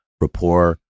rapport